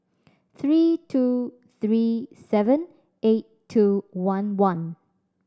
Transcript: three two three seven eight two one one